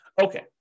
Okay